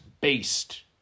based